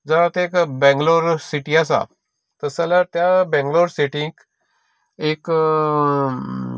जर आतां एक बेंगलोर सिटी आसा जाल्यार त्या बेंगलोर सिटींत एक